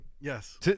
Yes